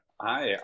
Hi